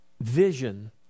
vision